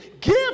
give